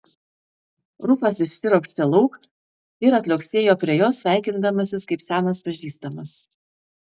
rufas išsiropštė lauk ir atliuoksėjo prie jos sveikindamasis kaip senas pažįstamas